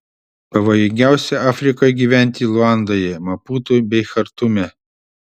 pavojingiausia afrikoje gyventi luandoje maputu bei chartume